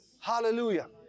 Hallelujah